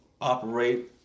operate